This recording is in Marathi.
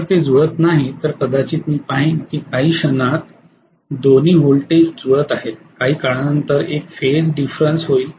जर ते जुळत नाहीत तर कदाचित मी पाहेन की काही क्षणात दोन्ही व्होल्टेज जुळत आहेत काही काळानंतर एक फेज डिफ्रंस होईल